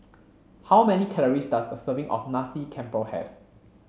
how many calories does a serving of Nasi Campur have